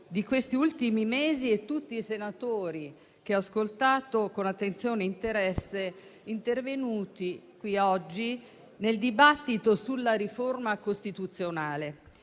degli ultimi mesi, e tutti i senatori, che ho ascoltato con attenzione e interesse, intervenuti qui oggi nel dibattito sulla riforma costituzionale;